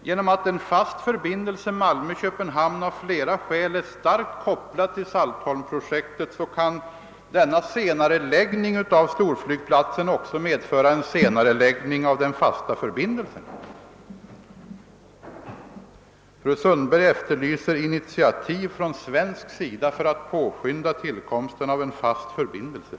Genom att en fast förbindelse mellan Malmö och Köpenhamn av flera skäl är starkt kopplad till Saltholmprojektet kan denna senareläggning av stor flygplatsen också medföra en senare läggning av den fasta förbindelsen. Fru Sundberg efterlyser initiativ från svensk sida för att påskynda tillkomsten av en fast förbindelse.